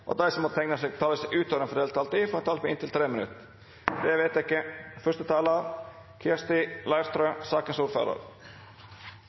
og at dei som måtte teikna seg på talarlista utover den fordelte taletida, får ei taletid på inntil 3 minutt. – Det er vedteke.